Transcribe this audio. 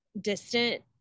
distant